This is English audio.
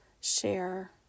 share